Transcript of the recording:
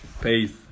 Peace